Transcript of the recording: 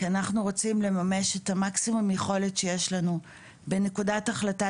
כי אנחנו רוצים לממש את מקסימום היכולת שיש לנו בנקודת ההחלטה